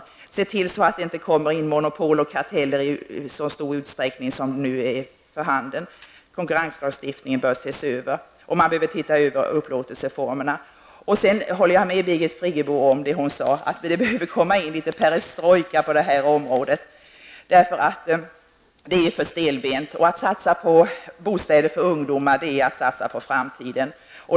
Man måste se till att det inte släpps in monopol och karteller i så stor utsträckning som nu är för handen. Konkurrenslagstiftningen bör ses över liksom upplåtelseformerna. Jag håller med Birgit Friggebo om att det behöver komma in litet perestrojka på detta område. Det nuvarande systemet är för stelbent, och att satsa på bostäder för ungdomar är att satsa på framtiden.